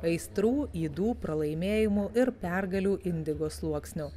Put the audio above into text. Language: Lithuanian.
aistrų ydų pralaimėjimų ir pergalių indigo sluoksniu